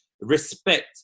respect